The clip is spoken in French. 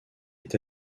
est